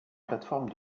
plateforme